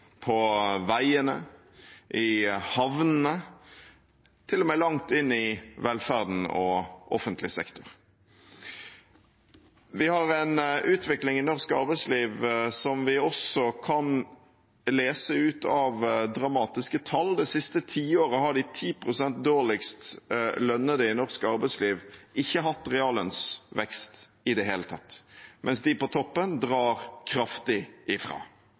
på veiene, i havnene – til og med langt inn i velferden og offentlig sektor. Vi har en utvikling i norsk arbeidsliv som vi også kan lese ut av dramatiske tall. Det siste tiåret har de 10 pst. dårligst lønnede i norsk arbeidsliv ikke hatt reallønnsvekst i det hele tatt, mens de på toppen drar kraftig ifra.